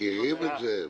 מכירים את זה.